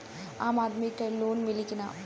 आम आदमी के लोन मिली कि ना?